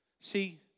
See